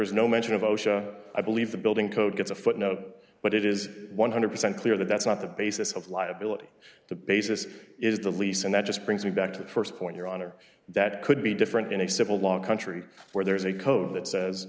is no mention of osha i believe the building code gets a footnote but it is one hundred percent clear that that's not the basis of liability the basis is the lease and that just brings me back to the st point your honor that could be different in a civil law country where there is a code that says